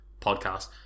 podcast